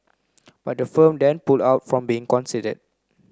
but the firm then pulled out from being considered